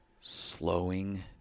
slowing